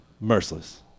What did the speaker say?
Merciless